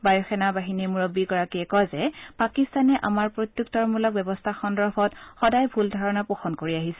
বায়ু সেনা বাহিনীৰ মুৰববীগৰাকীয়ে কয় যে পাকিস্তানে আমাৰ প্ৰত্যত্তৰমূলক ব্যৱস্থা সন্দৰ্ভত সদায় ভূল ধাৰণা পোষণ কৰি আহিছে